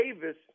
Davis